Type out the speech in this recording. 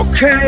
Okay